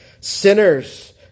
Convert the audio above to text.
Sinners